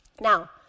Now